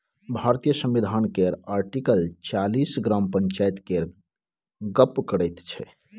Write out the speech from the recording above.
भारतीय संविधान केर आर्टिकल चालीस ग्राम पंचायत केर गप्प करैत छै